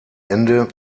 ende